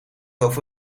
over